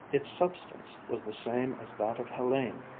its substance was the same as that of helene,